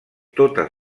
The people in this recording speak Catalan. totes